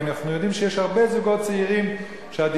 ואנחנו יודעים שיש הרבה זוגות צעירים שהדירה